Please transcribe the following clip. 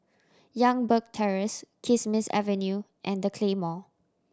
Youngberg Terrace Kismis Avenue and The Claymore